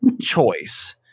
choice